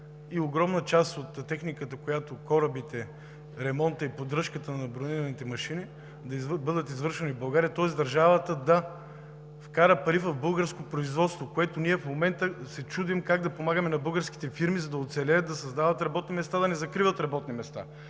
и огромна част от техниката, корабите, ремонтът и поддръжката на бронираните машини да бъдат извършвани в България, тоест държавата да вкара пари в българско производство. А това ние в момента се чудим – как да помагаме на българските фирми, за да оцелеят, да създават работни места и да не закриват работни места.